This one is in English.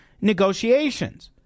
negotiations